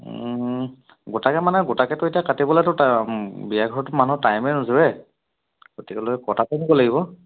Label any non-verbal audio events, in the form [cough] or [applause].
গোটাকৈ মানে গোটাকৈতো এতিয়া কাটিবলৈতো ট বিয়াঘৰততো মানুহ টাইমে নোজোৰে গতিকেলৈ [unintelligible] লাগিব